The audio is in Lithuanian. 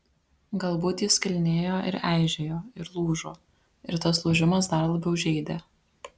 galbūt jis skilinėjo ir eižėjo ir lūžo ir tas lūžimas dar labiau žeidė